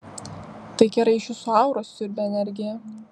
tai kerai iš jūsų auros siurbia energiją